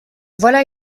voilà